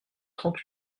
trente